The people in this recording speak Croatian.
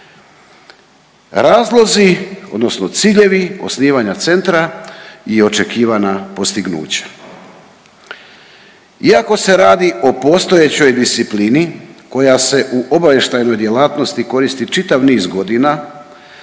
Razlozi odnosno ciljevi osnivanja Centra i očekivana postignuća; iako se radi o postojećoj disciplini koja se u obavještajnoj djelatnosti koristi čitav niz godina,